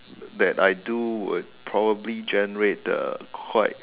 that I do will probably generate the quite